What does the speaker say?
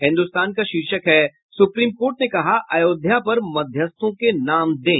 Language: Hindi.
हिन्दुस्तान का शीर्षक है सुप्रीम कोर्ट ने कहा अयोध्या पर मध्यस्थों के नाम दें